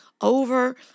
over